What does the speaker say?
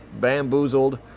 bamboozled